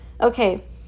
okay